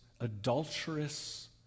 adulterous